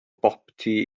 boptu